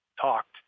talked